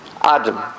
Adam